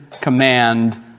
command